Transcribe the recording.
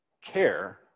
care